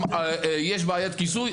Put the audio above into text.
יש בעיית כיסוי,